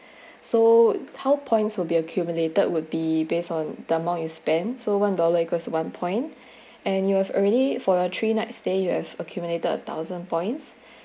so how points will be accumulated would be based on the amount you spend so one dollar equals one point and you have already for your three night stay you have accumulated a thousand points